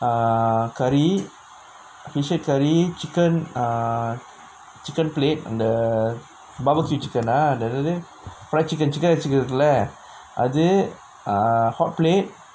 ah curry fish head curry chicken ah chicken plate அந்த:antha barbecue chicken நா என்னது:naa ennathu fry chicken chicken இறைச்சி இருக்குல அது:iraichchi irukkula athu ah hotplate